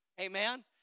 Amen